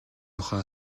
тухай